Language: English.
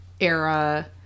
era